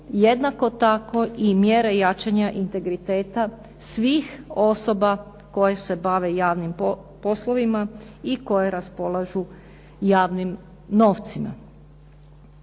jednako tako i mjere jačanja integriteta svih osoba koje se bave javnim poslovima i koje raspolažu javnim novcima.